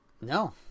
No